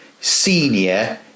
senior